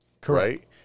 correct